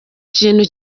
kintu